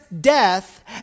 death